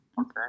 okay